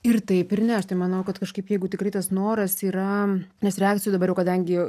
ir taip ir ne aš tai manau kad kažkaip jeigu tikrai tas noras yra nes reakcijų dabar jau kadangi